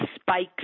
spikes